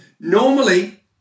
Normally